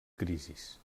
crisis